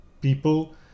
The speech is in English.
people